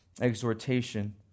exhortation